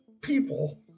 people